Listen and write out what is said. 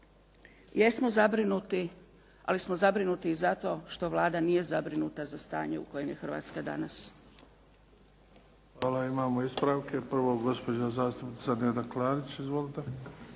jesmo zabrinuti, ali smo zabrinuti i zato što Vlada nije zabrinuta za stanje u kojem je Hrvatska danas. **Bebić, Luka (HDZ)** Hvala. Imamo ispravke. Prvo, gospođa zastupnica Neda Klarić. Izvolite.